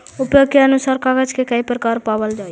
उपयोग के अनुसार कागज के कई प्रकार पावल जा हई